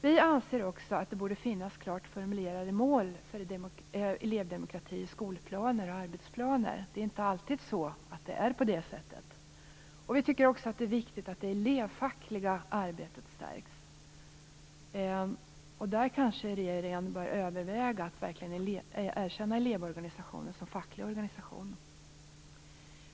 Vi anser också att det borde finnas klart formulerade mål för elevdemokrati i skol och arbetsplaner. Det är inte alltid så. Vi tycker också att det är viktigt att det elevfackliga arbetet stärks. Där kanske regeringen bör överväga att verkligen erkänna Elevorganisationen som en facklig organisation.